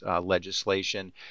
legislation